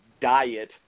diet